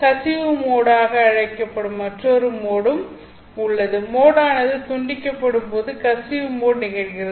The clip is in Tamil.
கசிவு மோடாக அழைக்கப்படும் மற்றொரு மோடும் உள்ளது மோடானது துண்டிக்கப்படும் போது கசிவு மோட் நிகழ்கிறது